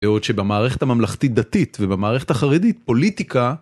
בעוד שבמערכת הממלכתית דתית ובמערכת החרדית פוליטיקה.